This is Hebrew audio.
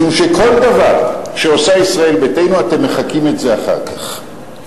משום שכל דבר שעושה ישראל ביתנו אתם מחקים את זה אחר כך,